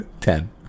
ten